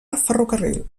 ferrocarril